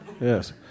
Yes